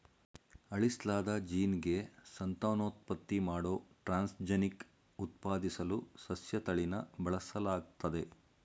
ಅಳಿಸ್ಲಾದ ಜೀನ್ಗೆ ಸಂತಾನೋತ್ಪತ್ತಿ ಮಾಡೋ ಟ್ರಾನ್ಸ್ಜೆನಿಕ್ ಉತ್ಪಾದಿಸಲು ಸಸ್ಯತಳಿನ ಬಳಸಲಾಗ್ತದೆ